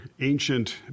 ancient